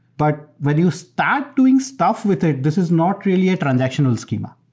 but when you start doing stuff with it, this is not really a transactional schema.